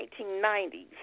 1990s